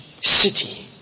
city